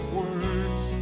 words